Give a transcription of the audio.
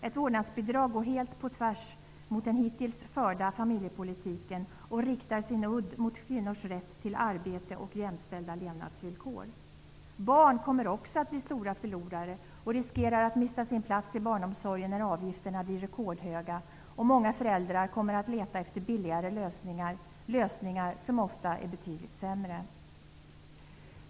Ett vårdnadsbidrag går tvärt emot den hittills förda familjepolitiken och riktar sin udd mot kvinnors rätt till arbete och jämställda levnadsvillkor. Barn kommer också att bli stora förlorare och riskerar att mista sin plats i barnomsorgen när avgifterna blir rekordhöga. Många föräldrar kommer att leta efter billigare lösningar -- lösningar som ofta är betydligt sämre.